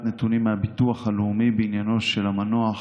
נתונים מהביטוח הלאומי בעניינו של המנוח